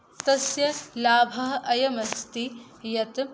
तस्य लाभः अयमस्ति यत्